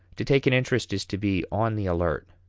to take an interest is to be on the alert,